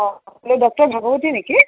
অঁ আপুনি ডক্তৰ ভাগৱতী নেকি